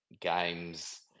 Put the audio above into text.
games